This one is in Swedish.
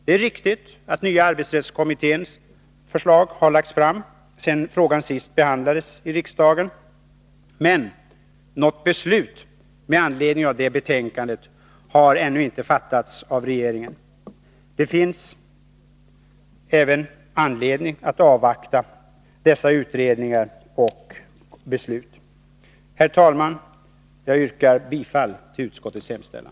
Det är riktigt att nya arbetsrättskommitténs förslag har lagts fram sedan frågan senast behandlades i riksdagen. Men något beslut med anledning av det betänkandet har ännu inte fattats av regeringen. Det finns även anledning att avvakta dessa utredningar och beslut. Herr talman! Jag yrkar bifall till utskottets hemställan.